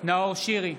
נאור שירי,